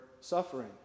suffering